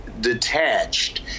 detached